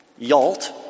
YALT